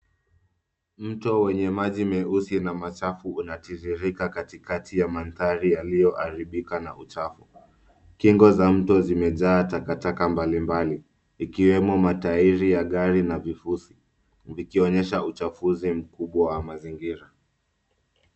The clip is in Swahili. Mto wenye maji meusi na machafu unatiririka katikati ya manthari yaliyo haribika na uchafu. Kingo za mto zimejaa takataka mbalimbali, ikiwemo matairi ya gari na vifuzi, vikionyesha uchafuzi mkubwa wa mazingira.